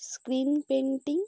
screen painting